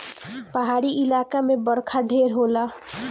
पहाड़ी इलाका मे बरखा ढेर होला